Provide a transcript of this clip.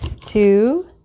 two